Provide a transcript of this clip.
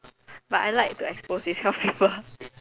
but I like to expose these kind of people